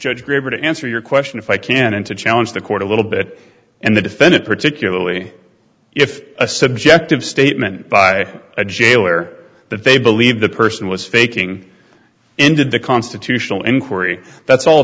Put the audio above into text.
able to answer your question if i can and to challenge the court a little bit and the defendant particularly if a subjective statement by a jailer that they believe the person was faking ended the constitutional inquiry that's all